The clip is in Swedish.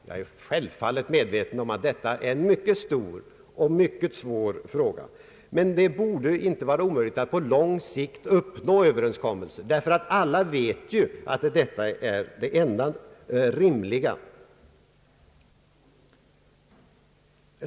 Jag är självfallet medveten om att detta är en mycket stor och mycket svår fråga, men det borde inte vara omöjligt att på långt sikt uppnå överenskommelse, därför att alla vet att en sådan är det enda rimliga.